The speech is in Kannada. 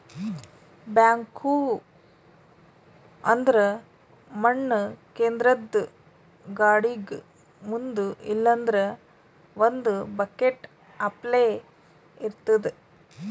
ಬ್ಯಾಕ್ಹೊ ಅಂದ್ರ ಮಣ್ಣ್ ಕೇದ್ರದ್ದ್ ಗಾಡಿಗ್ ಮುಂದ್ ಇಲ್ಲಂದ್ರ ಒಂದ್ ಬಕೆಟ್ ಅಪ್ಲೆ ಇರ್ತದ್